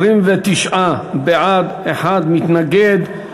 התשע"ג 2013,